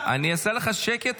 אני אעשה לך שקט.